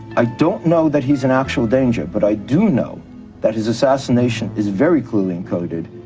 i don't know that he is in actual danger but i do know that his assassination is very clearly encoded,